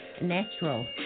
natural